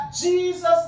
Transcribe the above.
Jesus